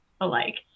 alike